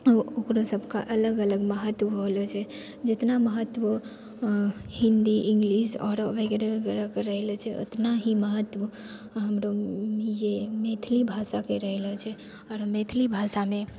ओकरो सबके अलग अलग महत्व होलो छै जितना महत्व हिन्दी इंग्लिश आओर वगैरह वगैरह के रहलो छै ओतना ही महत्व हमरो ये मैथिली भाषाके रहलो छै आओर मैथिली भाषामे